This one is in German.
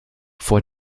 vor